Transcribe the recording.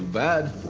bad.